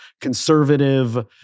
conservative